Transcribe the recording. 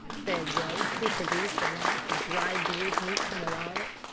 said joe, who produced a mass of dried deer's meat from a wallet.